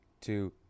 two